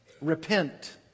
Repent